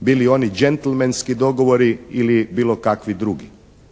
bili oni đentlmenski dogovori ili bilo kakvi drugi.